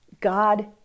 God